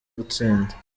gutsinda